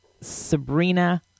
sabrina